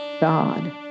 God